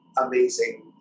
amazing